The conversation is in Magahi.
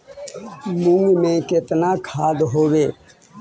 मुंग में केतना खाद देवे?